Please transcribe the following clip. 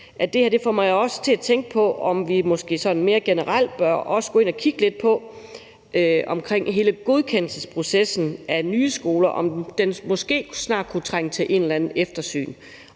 jo også får mig til at tænke på, om vi måske sådan mere generelt bør gå ind og kigge på hele godkendelsesprocessen af nye skoler; om den måske snart kunne trænge til et eller andet eftersyn.